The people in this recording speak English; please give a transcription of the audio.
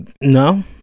No